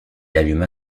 alluma